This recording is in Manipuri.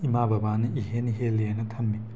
ꯏꯃꯥ ꯕꯕꯥꯅ ꯏꯍꯦꯟ ꯍꯦꯜꯂꯦꯅ ꯊꯝꯃꯤ